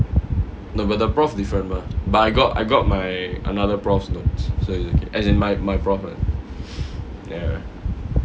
no but the prof different mah but I got I got my another prof's notes so it's as in my prof [one]